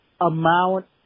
amount